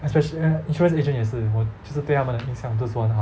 especially insurance agent 也是我就是对他们的印象不是说很好